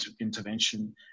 intervention